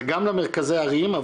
זה גם למרכזי ערים,